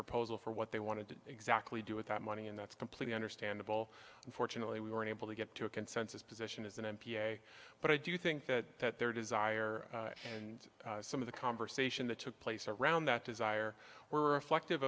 proposal for what they wanted to exactly do with that money and that's completely understandable unfortunately we were unable to get to a consensus position as an n p a but i do think that that their desire and some of the conversation that took place around that desire were reflective